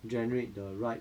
generate the right